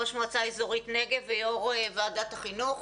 ראש המועצה האזורית רמת נגב ויושב-ראש ועדת החינוך.